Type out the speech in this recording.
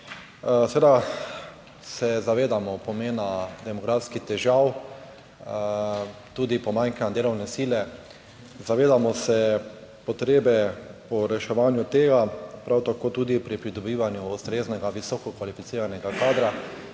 Seveda se zavedamo pomena demografskih težav, tudi pomanjkanja delovne sile. Zavedamo se potrebe po reševanju tega prav tako tudi pri pridobivanju ustreznega visoko kvalificiranega kadra